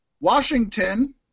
Washington